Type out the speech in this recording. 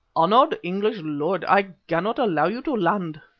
honoured english lord, i cannot allow you to land.